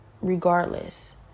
regardless